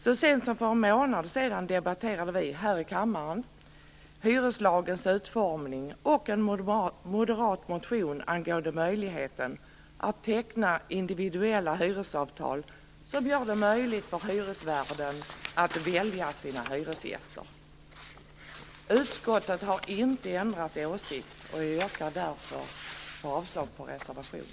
Så sent som för en månad sedan debatterade vi här i kammaren hyreslagens utformning och en moderat motion om möjligheten att teckna individuella hyresavtal som gör det möjligt för hyresvärden att välja sina hyresgäster. Utskottet har inte ändrat åsikt. Jag yrkar därför avslag på reservationen.